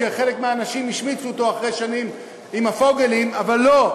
שחלק מהאנשים השמיצו אותו אחרי שנים עם "הפוגלים" אבל לא,